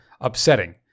upsetting